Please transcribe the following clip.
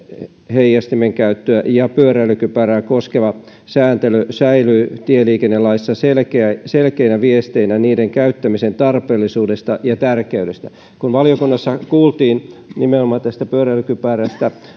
heijastimen käyttöä ja pyöräilykypärää koskeva sääntely säilyy tieliikennelaissa selkeänä viestinä niiden käyttämisen tarpeellisuudesta ja tärkeydestä kun valiokunnassa kuultiin asiantuntijoita nimenomaan tästä pyöräilykypärästä